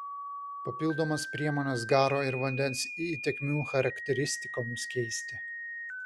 papildomos priemonės garo ir vandens įtekmių charakteristikoms keisti